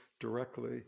Directly